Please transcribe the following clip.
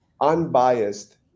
unbiased